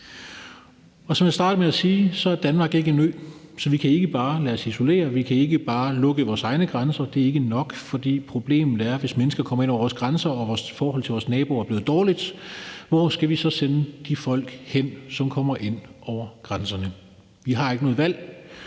Som jeg startede med at sige, er Danmark ikke en ø, så vi kan ikke bare lade os isolere, og vi kan ikke bare lukke vores egne grænser. Det er ikke nok, for problemet er: Hvis mennesker kommer ind over vores grænser og vores forhold til vores naboer er blevet dårligt, hvor skal vi så sende de folk, der kommer ind over grænserne, hen? Vi har ikke noget valg.